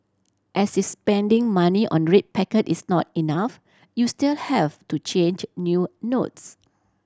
as is spending money on red packet is not enough you still have to change new notes